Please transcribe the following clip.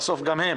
ובסוף גם הם.